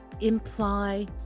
imply